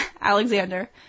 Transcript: Alexander